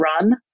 run